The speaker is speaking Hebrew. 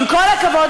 עם כל הכבוד,